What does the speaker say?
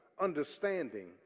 understanding